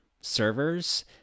servers